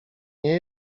nie